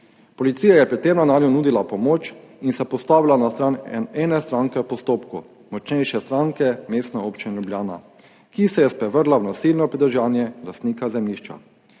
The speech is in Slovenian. Policija je pri tem ravnanju nudila pomoč in se postavila na stran ene stranke v postopku, močnejše stranke, Mestne občine Ljubljana, ki se je sprevrgla v nasilno pridržanje lastnika zemljišča.